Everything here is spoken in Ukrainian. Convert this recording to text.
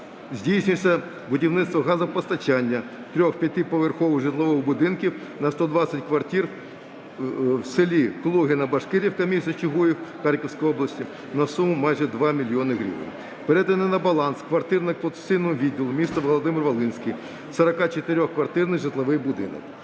Здійснюється будівництво газопостачання 3-5-поверхових житлових будинків на 120 квартир в селі Клугино-Башкирівка, м. Чугуїв Харківська область на суму майже 2 мільйони гривень. Передано на баланс квартирно-експлуатаційному відділу міста Володимир-Волинський 44-квартирний житловий будинок.